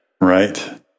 Right